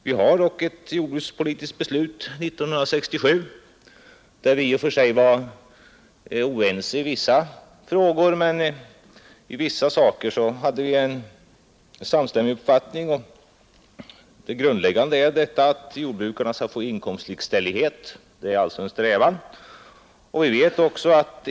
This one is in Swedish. Vi har ett jordbrukspolitiskt beslut från 1967 där vi i och för sig var oense i vissa frågor, men i vissa ting hade vi en samstämmig uppfattning. Det grundläggande är att jordbrukarna skall få inkomstlikställighet. Det är alltså vår strävan.